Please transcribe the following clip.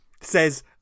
says